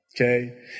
Okay